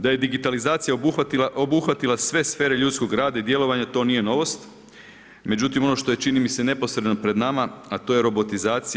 Da je digitalizacija obuhvatila sve sfere ljudskog rada i djelovanja to nije novost, međutim ono što je čini mi se neposredno pred nama a to je robotizacija.